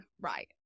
right